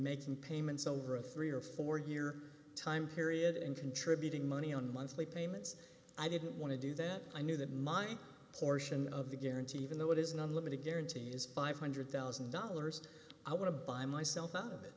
making payments over a three or four year time period in contributing money on monthly payments i didn't want to do that i knew that mine portion of the guarantee even though it is an unlimited guarantee is five hundred thousand dollars i want to buy myself out of it